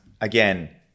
again